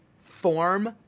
form